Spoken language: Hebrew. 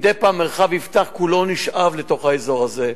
מדי פעם מרחב יפתח כולו נשאב לתוך האזור הזה.